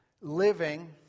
living